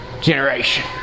generation